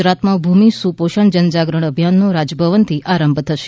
ગુજરાતમાં ભૂમિ સુપોષણ જનજાગરણ અભિયાનનો રાજભવનથી આરંભ થશે